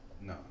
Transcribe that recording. No